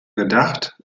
gedacht